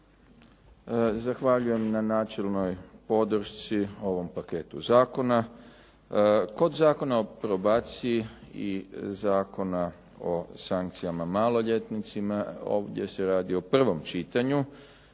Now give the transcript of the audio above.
Zahvaljujem na načelnoj podršci ovom paketu zakona. Kod Zakona o probaciji i Zakona o sankcijama maloljetnicima ovdje se radi o prvom čitanju.